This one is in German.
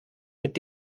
mit